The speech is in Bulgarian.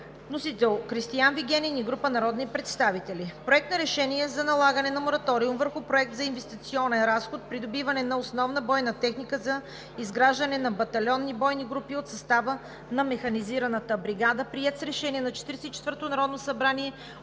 Вносители: Кристиан Вигенин и група народни представители. Проект на решение за налагане на мораториум върху Проект за инвестиционен разход, придобиване на основна бойна техника за изграждане на батальонни бойни групи от състава на Механизираната бригада, приет с Решение на Четиридесет и